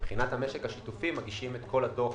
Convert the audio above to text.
ומבחינת המשק השיתופי מגישים את כל הדוח